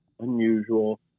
unusual